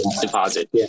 deposit